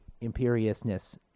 imperiousness